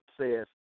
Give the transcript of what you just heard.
says